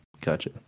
Gotcha